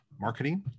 marketing